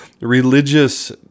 religious